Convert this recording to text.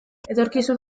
etorkizun